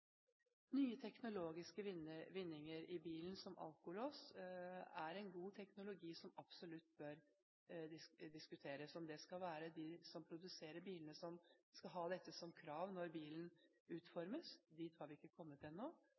Nye teknologiske vinninger i bilen, som alkolås, er en god teknologi som absolutt bør diskuteres. Om det skal være de som produserer bilene, som skal ha dette som krav når bilen utformes – dit har vi ikke kommet ennå.